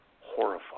horrifying